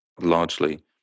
largely